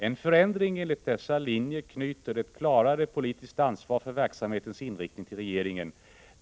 En förändring enligt dessa linjer knyter ett klarare politiskt ansvar för verksamhetens inriktning till regeringen.